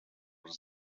par